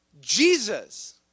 Jesus